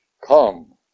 Come